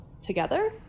together